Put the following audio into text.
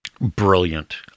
brilliant